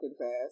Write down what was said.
fast